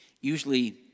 Usually